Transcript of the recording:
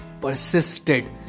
persisted